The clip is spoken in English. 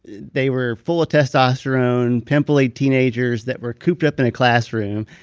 they were full of testosterone, pimply teenagers that were cooped up in a classroom,